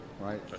Right